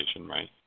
right